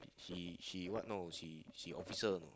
he she what no she she officer know